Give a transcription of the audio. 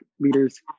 leaders